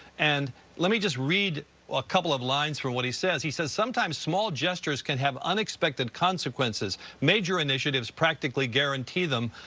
and let me just read a couple of lines from what he says. he says, sometimes, small gestures can have unexpected consequences. major initiatives practically guarantee them.